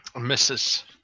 Misses